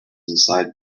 inside